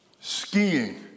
Skiing